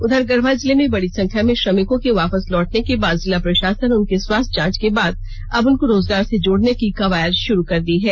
उधर गढ़वा जिले में बड़ी संख्या में श्रमिकों के वापस लौटने के बाद जिला प्रशासन उनके स्वास्थ्य जांच के बाद अब उनको रोजगार से जोडने की कवायद शुरू कर दी है